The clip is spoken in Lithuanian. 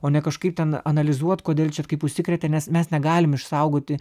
o ne kažkaip ten analizuot kodėl čia ir kaip užsikrėtė nes mes negalim išsaugoti